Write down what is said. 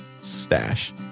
stash